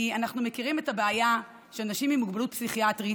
כי אנחנו מכירים את הבעיה של אנשים עם מוגבלות פסיכיאטרית.